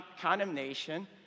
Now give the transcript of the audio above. condemnation